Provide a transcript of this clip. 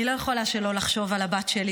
אני לא יכולה שלא לחשוב על הבת שלי,